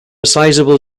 sizable